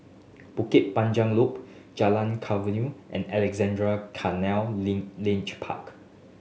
Bukit Panjang Loop Jalan Khairuddin and Alexandra Canal Linear Park